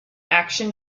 action